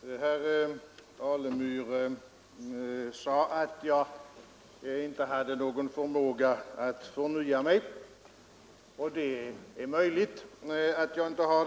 Herr talman! Herr Alemyr sade att jag inte hade någon förmåga att förnya mig, och det är möjligt att jag inte har.